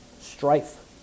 Strife